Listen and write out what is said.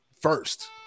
first